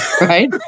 right